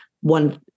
one